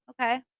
Okay